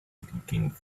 leaking